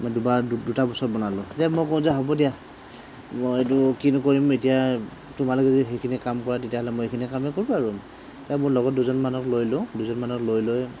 মই দুবাৰ দুটা বছৰ বনালোঁ এই মই কওঁ যে হ'ব দিয়া মইতো কিনো কৰিম এতিয়া তোমালোকে যদি সেইখিনি কাম কৰা তেতিয়াহ'লে মই এইখিনি কামেই কৰোঁ আৰু তাত মোৰ লগৰ দুজনমানক লৈ লওঁ দুজনমানক লৈ লয়